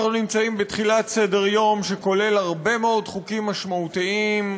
אנחנו נמצאים בתחילת סדר-יום שכולל הרבה מאוד חוקים משמעותיים,